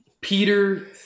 Peter